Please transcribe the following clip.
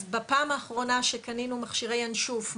אז בפעם האחרונה שקנינו מכשירי ינשוף,